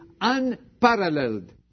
unparalleled